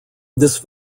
this